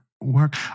work